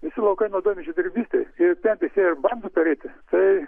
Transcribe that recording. visi laukai naudojami žemdirbystei ir pempės jei ir bando perėti tai